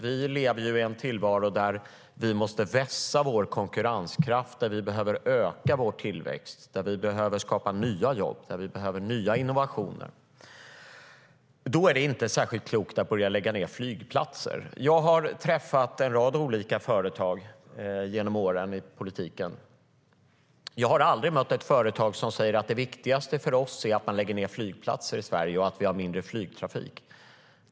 Vi lever i en tillvaro där vi måste vässa vår konkurrenskraft, där vi behöver öka vår tillväxt, där vi behöver skapa nya jobb, där vi behöver nya innovationer. Då är det inte särskilt klokt att börja lägga ned flygplatser. Jag har inom politiken träffat en rad olika företag genom åren. Men jag har aldrig mött ett företag som säger: Det viktigaste för oss är att man lägger ned flygplatser i Sverige och att vi har mindre flygtrafik.